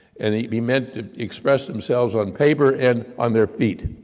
and he meant to express themselves on paper, and on their feet.